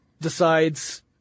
decides